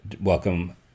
welcome